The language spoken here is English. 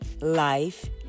life